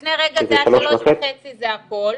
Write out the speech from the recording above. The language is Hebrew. לפני רגע זה היה 3.5 זה הכול.